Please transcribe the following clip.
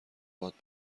باد